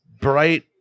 bright